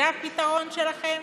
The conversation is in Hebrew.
זה הפתרון שלכם?